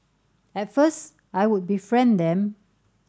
at first I would befriend them